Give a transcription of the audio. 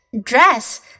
Dress